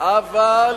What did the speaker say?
העם בחר בקדימה.